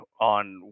on